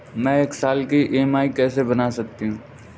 मैं एक साल की ई.एम.आई कैसे बना सकती हूँ?